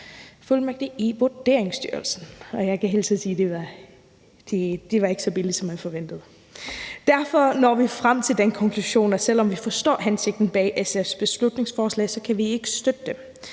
fuldmægtig i Vurderingsstyrelsen, og jeg kan hilse og sige, at det ikke var så billigt, som man forventede. Derfor når vi frem til den konklusion, at selv om vi forstår hensigten bag SF's beslutningsforslag, kan vi ikke støtte det.